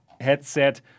headset